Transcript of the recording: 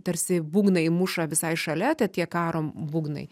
tarsi būgnai muša visai šaliata tie karo būgnai